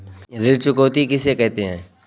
ऋण चुकौती किसे कहते हैं?